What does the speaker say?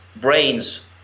Brains